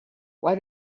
why